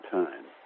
time